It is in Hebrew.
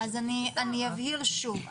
אז אני אבהיר שוב,